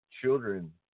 children